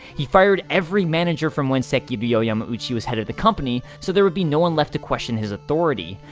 he fired every manager from when sekiryo yamauchi was head of the company, so there would be no one left to question his authority.